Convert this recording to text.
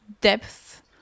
depth